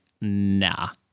nah